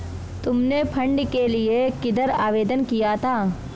तुमने फंड के लिए किधर आवेदन किया था?